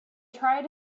tried